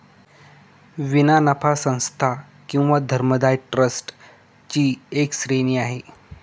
विना नफा संस्था किंवा धर्मदाय ट्रस्ट ची एक श्रेणी आहे